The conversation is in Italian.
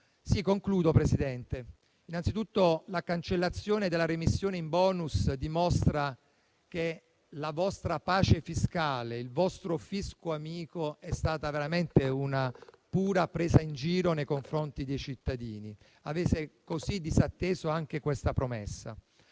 e riduzione fiscale. Innanzitutto, la cancellazione della remissione *in* *bonis* dimostra che la vostra pace fiscale e il vostro fisco amico sono stati veramente una pura presa in giro nei confronti dei cittadini e avete così disatteso anche questa promessa.